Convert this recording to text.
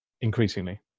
increasingly